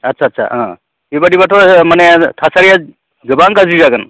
आस्सा आस्सा ओं बेबादिब्लाथ' माने थासारिया गोबां गाज्रि जागोन